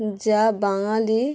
যা বাঙালি